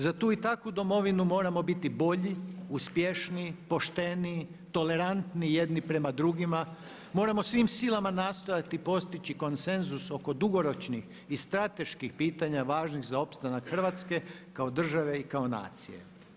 Za tu i takvu domovinu moramo biti bolji, uspješniji, pošteniji, tolerantniji jedni prema drugima, moramo svim silama nastojati postići konsenzus oko dugoročnih i strateških pitanja važnih za opstanaka Hrvatske kao države i nacije.